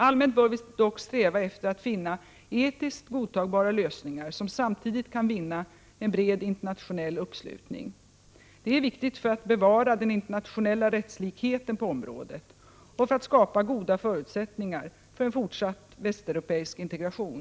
Allmänt bör vi dock sträva efter att finna etiskt godtagbara lösningar som samtidigt kan vinna en bred internationell uppslutning. Det är viktigt för att bevara den internationella rättslikheten på området och för att skapa goda förutsättningar för en fortsatt västeuropeisk integration.